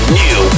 new